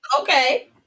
Okay